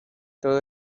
todo